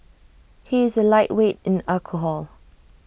he is A lightweight in alcohol